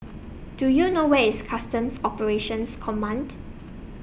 Do YOU know Where IS Customs Operations Command